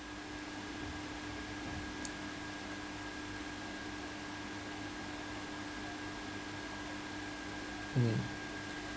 mm